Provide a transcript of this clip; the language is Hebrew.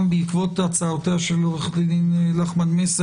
גם בעקבות הצעותיה של עו"ד לחמן מסר